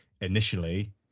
initially